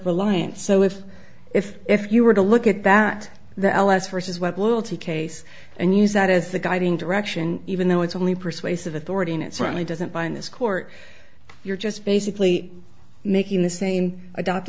reliance so if if if you were to look at that the ls vs web loyalty case and use that as the guiding direction even though it's only persuasive authority and it certainly doesn't bind this court you're just basically making the same adopt